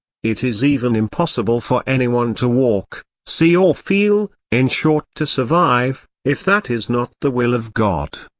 it is even impossible for anyone to walk, see or feel, in short to survive, if that is not the will of god.